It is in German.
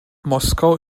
moskau